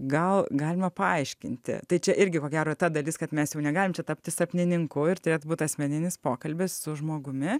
gal galima paaiškinti tai čia irgi ko gero ta dalis kad mes jau negalim čia tapti sapnininku ir turėtų būt asmeninis pokalbis su žmogumi